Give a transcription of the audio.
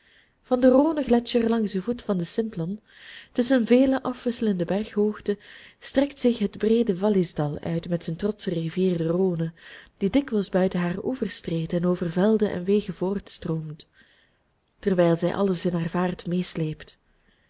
van de rhône gletscher langs den voet van den simplon tusschen vele afwisselende berghoogten strekt zich het breede wallisdal uit met zijn trotsche rivier de rhône die dikwijls buiten haar oevers treedt en over velden en wegen voortstroomt terwijl zij alles in haar vaart meesleept